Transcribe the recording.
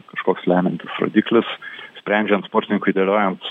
kažkoks lemiantis rodiklis sprendžiant sportininkui dėliojant